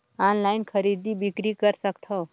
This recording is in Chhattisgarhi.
ऑनलाइन खरीदी बिक्री कर सकथव?